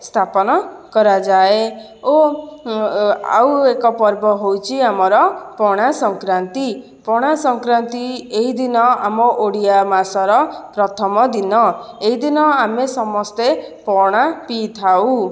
ସ୍ଥାପନ କରାଯାଏ ଓ ଆଉ ଏକ ପର୍ବ ହେଉଛି ଆମର ପଣା ସଂକ୍ରାନ୍ତି ପଣା ସଂକ୍ରାନ୍ତି ଏହି ଦିନ ଆମ ଓଡ଼ିଆ ମାସର ପ୍ରଥମ ଦିନ ଏହି ଦିନ ଆମେ ସମସ୍ତେ ପଣା ପିଇଥାଉ